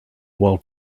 while